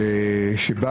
ישראל, שבא